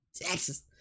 Texas